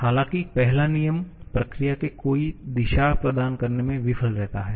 हालांकि पहला नियम प्रक्रिया को कोई दिशा प्रदान करने में विफल रहता है